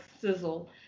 sizzle